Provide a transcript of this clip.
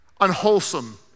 unwholesome